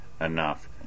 enough